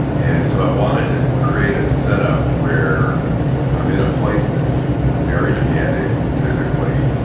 and so i wanted to create a set up where i'm in a place that's very demanding, physically,